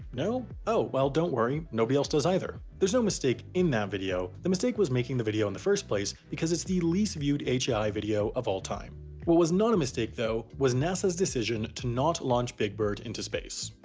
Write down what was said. no? oh, well, don't worry, nobody else does either. there's no mistake in that video, the mistake was making the video in the first place because it's the least viewed hai video of all time. what was not a mistake, though, was nasa's decision to not launch big bird into space,